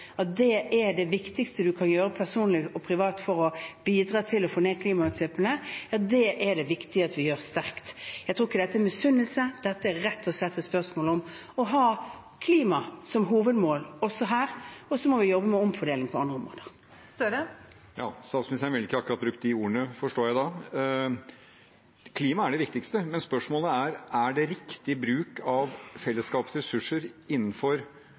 at det er det viktigste man kan gjøre personlig og privat for å bidra til å få ned klimautslippene. Det er det viktig at vi gjør sterkt. Jeg tror ikke dette er misunnelse. Dette er rett og slett et spørsmål om å ha klima som hovedmål også her, og så må vi jobbe med omfordeling på andre områder. Statsministeren ville ikke akkurat brukt de ordene, forstår jeg da. Klima er det viktigste, men spørsmålet er: Er det riktig bruk av fellesskapets ressurser innenfor